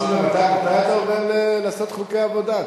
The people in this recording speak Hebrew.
חוץ מזה, מתי אתה עובר לעשות חוקי עבודה?